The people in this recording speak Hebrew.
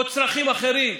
או צרכים אחרים.